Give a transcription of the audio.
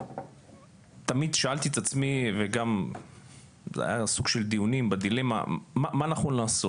תמיד שאלתי את עצמי וגם היו דיונים בדילמה מה נכון לעשות?